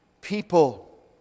people